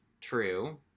True